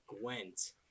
Gwent